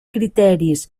criteris